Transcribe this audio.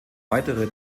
weitere